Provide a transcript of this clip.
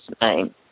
name